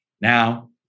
now